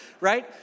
right